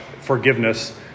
forgiveness